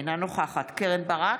אינה נוכחת קרן ברק,